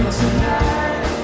tonight